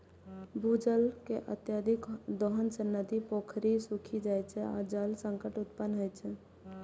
भूजल के अत्यधिक दोहन सं नदी, पोखरि सूखि जाइ छै आ जल संकट उत्पन्न होइ छै